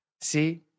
See